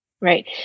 Right